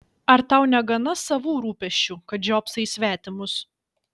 ar tau negana savų rūpesčių kad žiopsai į svetimus